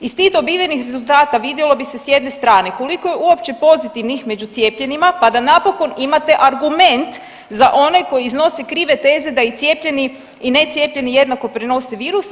Iz tih dobivenih rezultata vidjelo bi se s jedne strane koliko je uopće pozitivnih među cijepljenima pa da napokon imate argument za one koji iznose krive teze da i cijepljeni i ne cijepljeni jednako prenose virus.